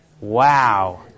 Wow